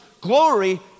glory